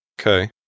Okay